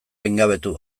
gaingabetu